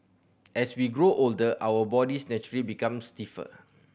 as we grow older our bodies naturally become stiffer